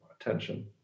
attention